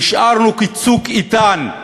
נשארנו כצוק איתן,